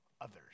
others